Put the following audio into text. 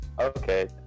Okay